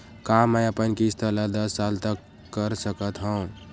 का मैं अपन किस्त ला दस साल तक कर सकत हव?